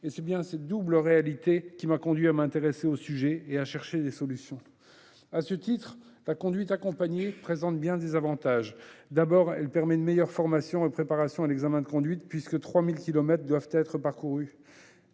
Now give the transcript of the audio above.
; c'est bien cette double réalité qui m'a conduit à m'intéresser au sujet et à chercher des solutions. À ce titre, la conduite accompagnée présente bien des avantages. D'abord, elle permet de mieux former et préparer à l'examen de conduite, puisque 3 000 kilomètres doivent être parcourus.